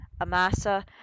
Amasa